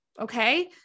Okay